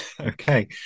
Okay